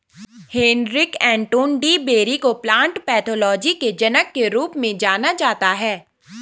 Heinrich Anton de Bary को plant pathology के जनक के रूप में जाना जाता है